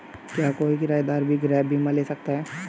क्या कोई किराएदार भी गृह बीमा ले सकता है?